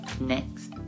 next